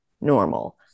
normal